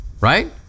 right